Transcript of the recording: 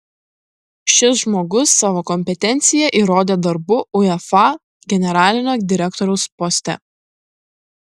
šis žmogus savo kompetenciją įrodė darbu uefa generalinio direktoriaus poste